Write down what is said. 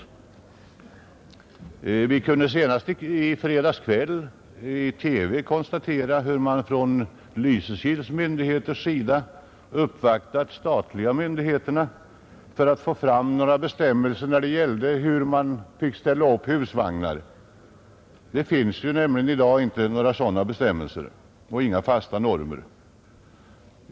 Vi kunde senast i fredags kväll i TV konstatera hur Lysekils myndigheter uppvaktat de statliga myndigheterna för att få fram några bestämmelser om hur man fick ställa upp husvagnar. Det finns nämligen i dag inte några sådan uppgifter, inga fasta normer.